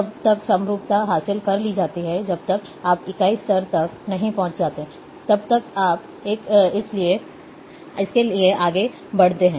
तब तक समरूपता हासिल कर ली जाती है जब तक आप इकाई स्तर तक नहीं पहुंच जाते तब तक आप इसके लिए आगे बढ़ते हैं